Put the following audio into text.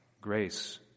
grace